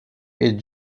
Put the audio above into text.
est